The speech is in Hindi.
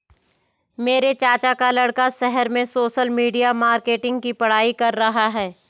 मेरे चाचा का लड़का शहर में सोशल मीडिया मार्केटिंग की पढ़ाई कर रहा है